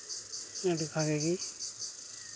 ᱟᱹᱰᱤ ᱵᱷᱟᱜᱮ ᱜᱮ